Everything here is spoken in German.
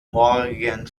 morgen